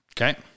Okay